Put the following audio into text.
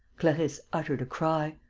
clarisse uttered a cry.